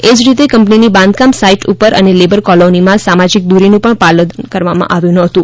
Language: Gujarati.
એ જ રીતે કંપનીની બાંધકામ સાઇટ ઉપર અને લેબર કોલોનીમાં સામાજિક દુરીનું પણ પાલન કરવામાં આવતું નહોતું